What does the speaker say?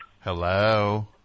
Hello